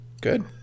Good